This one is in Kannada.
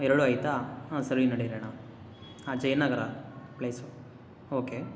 ಎರಡೂ ಐತಾ ಹೂಂ ಸರಿ ನಡೀರಿ ಅಣ್ಣ ಆಂ ಜಯನಗರ ಪ್ಲೇಸು ಓಕೆ